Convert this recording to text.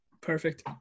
Perfect